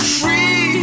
free